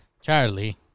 Charlie